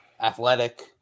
athletic